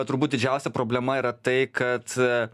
turbūt didžiausia problema yra tai kad